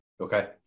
Okay